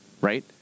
right